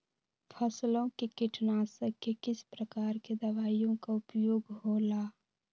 फसलों के कीटनाशक के किस प्रकार के दवाइयों का उपयोग हो ला?